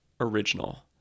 original